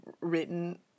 Written